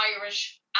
Irish